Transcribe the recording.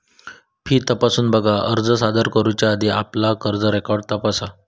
fee तपासून बघा, अर्ज सादर करुच्या आधी आपला कर्ज रेकॉर्ड तपासा